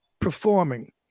performing